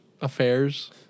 affairs